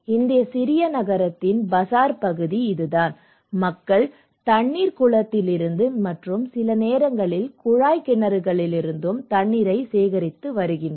இந்த சிறிய நகரத்தின் பஜார் பகுதி இதுதான் மக்கள் தண்ணீர் குளத்திலிருந்து மற்றும் சில நேரங்களில் குழாய் கிணறுகளிலிருந்தும் தண்ணீரை சேகரித்து வருகின்றனர்